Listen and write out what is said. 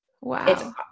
Wow